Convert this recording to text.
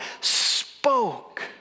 spoke